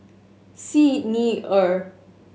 Xi Ni Er